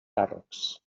càrrecs